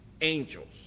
angels